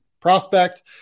prospect